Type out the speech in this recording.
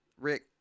Rick